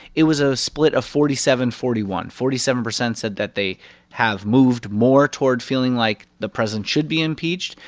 it was a split of forty seven forty one. forty seven percent said that they have moved more toward feeling like the president should be impeached,